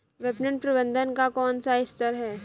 विपणन प्रबंधन का कौन सा स्तर है?